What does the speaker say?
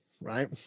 right